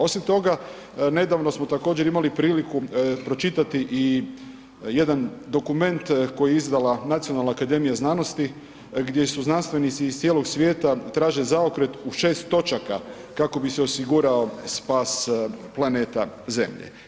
Osim toga nedavno smo također imali priliku pročitati i jedan dokument koji je izdala Nacionalna akademija znanosti gdje su znanstvenici iz cijelog svijeta traže zaokret u 6 točaka kako bi se osigurao spas planeta Zemlje.